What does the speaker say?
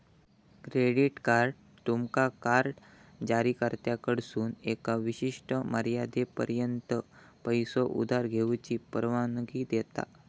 credit card तुमका card जारीकर्त्याकडसून एका विशिष्ट मर्यादेपर्यंत पैसो उधार घेऊची परवानगी देता